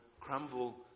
crumble